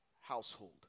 household